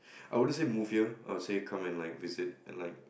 I would say move here I would say come and like visit and like